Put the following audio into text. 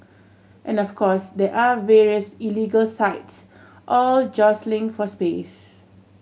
and of course there are various illegal sites all jostling for space